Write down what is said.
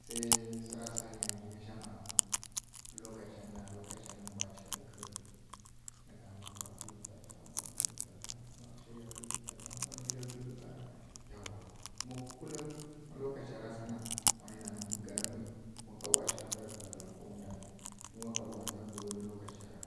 Sai swara saˈa nǝ ya nggi nǝ nja mma na, ma lokacangǝ na lokacangǝ nǝ mbwa cika kǝ́lǝ́ vǝ. Nǝ gha nǝ nǝ mbwa kǝ́lǝ́ zha vǝ bara mbwa kǝ́lǝ́ vǝ mbwa shirɨya kǝ́lǝ́ vǝ zha mbwa shitiya kǝ́lǝ́ vǝ bara, yawa kuma kulum má lokacara sǝghǝ na mbǝ garǝ mbu, wa kaɓowa cika ndza rǝ pǝla kǝla kowanai ndwangǝ mi wa kaɓowa ndza mbǝ lokaca ra